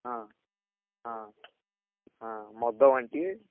ହଁ ହଁ ହଁ ମଦ ବାଣ୍ଟିବେ